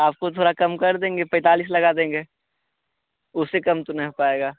आपको थोड़ा कम कर देंगे पैंतालीस लगा देंगे उससे कम तो ना हो पाएगा